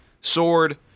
sword